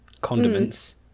condiments